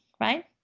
right